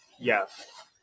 Yes